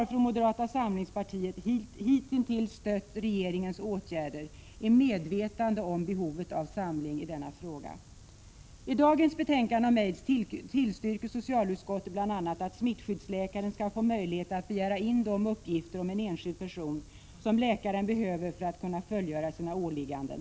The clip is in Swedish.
Vi har från moderata samlingspartiet hittills stött regeringens 16 december 1986 åtgärder i medvetande om behovet av samling i denna fråga. skyddsläkaren skall få möjlighet att begära in de uppgifter om en enskild TIpfSprid eng en ay & Zu Ä SE ; LAVI/HTLV-III person som läkaren behöver för att kunna fullgöra sina åligganden.